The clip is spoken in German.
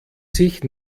sich